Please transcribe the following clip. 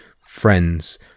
friends